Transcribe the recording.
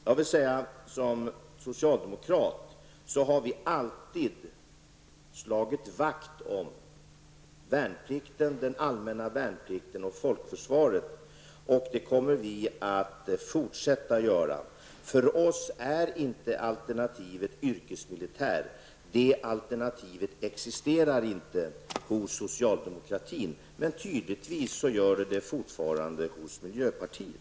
Jag vill säga som socialdemokrat, att vi alltid har slagit vakt om den allmänna värnplikten och folkförsvaret, och det kommer vi att fortsätta att göra. För oss är inte alternativet yrkesmilitär. Det alternativet existerar inte hos socialdemokratin, men tydligen existerar det fortfarande hos miljöpartiet.